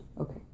Okay